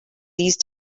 these